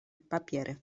papiery